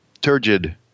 Turgid